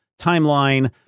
timeline